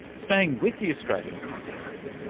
staying with the australian context,